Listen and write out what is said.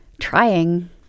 trying